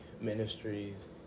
ministries